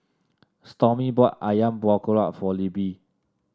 Stormy bought ayam Buah Keluak for Libbie